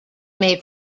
may